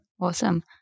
Awesome